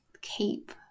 keep